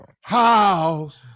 house